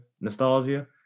nostalgia